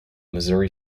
missouri